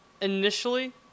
initially